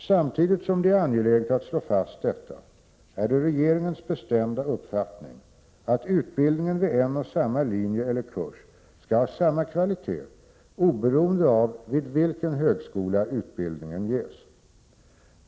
Samtidigt som det är angeläget att slå fast detta, är det regeringens bestämda uppfattning att utbildningen vid en och samma linje eller kurs skall ha samma kvalitet oberoende av vid vilken högskola utbildningen ges.